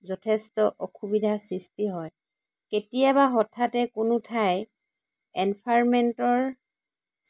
যথেষ্ট অসুবিধাৰ সৃষ্টি হয় কেতিয়াবা হঠাতে কোনো ঠাই এনভাৰ্ণমেণ্টৰ